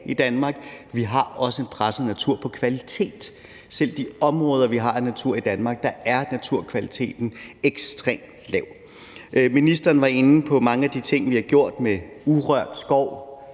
på areal; vi har også en presset natur på kvalitet. Selv de områder i Danmark, hvor vi har natur, er naturkvaliteten ekstremt lav. Ministeren var inde på mange af de ting, vi har gjort: urørt skov,